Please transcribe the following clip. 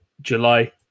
July